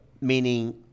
Meaning –